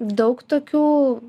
daug tokių